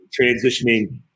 transitioning